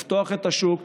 לפתוח את השוק,